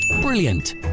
Brilliant